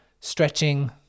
stretching